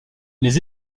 les